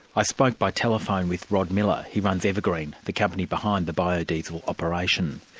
i spoke by telephone with rod miller. he runs evergreen, the company behind the biodiesel operation.